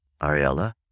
Ariella